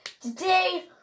today